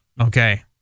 okay